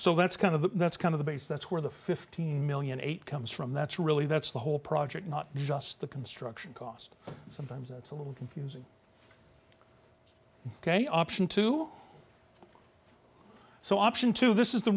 so that's kind of that's kind of the base that's where the fifteen million eight comes from that's really that's the whole project not just the construction cost sometimes that's a little confusing ok option two so option two this is the